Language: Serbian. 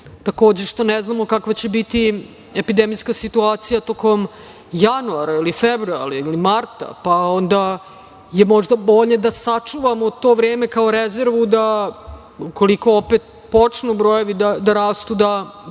takođe, što ne znamo kakva će biti epidemijska situacija tokom januara, februara ili marta, pa je onda možda bolje da sačuvamo to vreme kao rezervu da ukoliko opet počnu brojevi da rastu tada